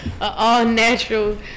all-natural